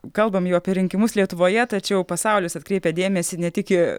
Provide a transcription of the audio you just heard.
kalbame jau apie rinkimus lietuvoje tačiau pasaulis atkreipia dėmesį ne tik į